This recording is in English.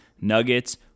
Nuggets